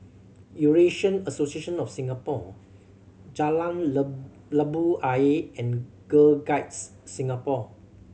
Eurasian Association of Singapore Jalan Labu Ayer and Girl Guides Singapore